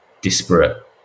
disparate